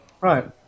Right